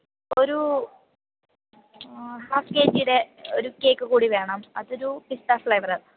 ഒരു ഹാഫ് കെ ജിയുടെ ഒരു കേക്ക് കൂടി വേണം അതൊരു പിസ്ത ഫ്ലേവർ